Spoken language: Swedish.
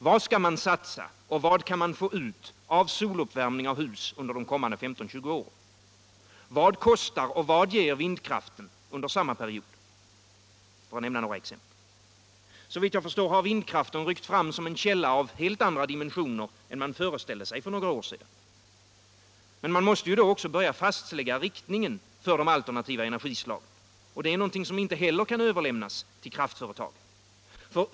Vad skall man satsa och vad kan man få ut av soluppvärmning av hus under de kommande 15--20 åren? Vad kostar och vad ger vindkraften under samma period? Det är några exempel. Såvitt jag förstår har vindkraften ryckt fram som en källa av helt andra dimensioner än man föreställde sig för några år sedan. Men man måste ju då också börja fastlägga riktningen för de alternativa energislagen, och det kan inte heller överlämnas till kraftföretagen.